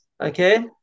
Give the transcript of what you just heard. Okay